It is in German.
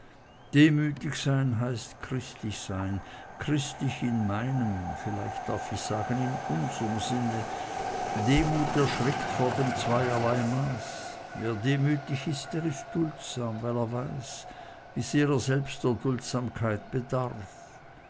demütig sein heißt christlich sein christlich in meinem vielleicht darf ich sagen in unsrem sinne demut erschrickt vor dem zweierlei maß wer demütig ist der ist duldsam weil er weiß wie sehr er selbst der duldsamkeit bedarf